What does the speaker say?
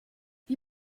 die